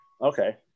Okay